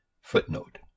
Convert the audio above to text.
Footnote